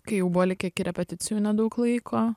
kai jau buvo likę repeticijų nedaug laiko